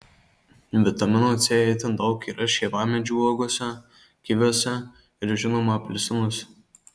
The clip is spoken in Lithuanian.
vitamino c itin daug yra šeivamedžių uogose kiviuose ir žinoma apelsinuose